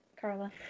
Carla